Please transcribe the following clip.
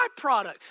byproduct